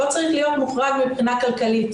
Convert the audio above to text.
לא צריך להיות מוחרג מבחינה כלכלית.